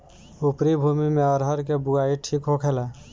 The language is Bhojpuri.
उपरी भूमी में अरहर के बुआई ठीक होखेला?